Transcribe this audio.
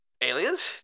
aliens